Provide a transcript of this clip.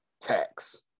tax